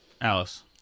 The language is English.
alice